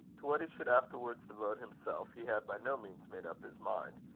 to what he should afterwards devote himself he had by no means made up his mind,